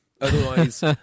otherwise